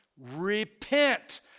Repent